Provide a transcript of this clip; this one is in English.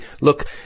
look